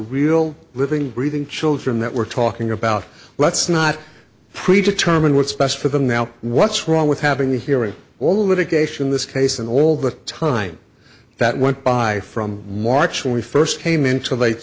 real living breathing children that we're talking about let's not pre determined what's best for them now what's wrong with having the hearing all the litigation in this case and all the time that went by from march when we first came into late